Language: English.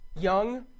young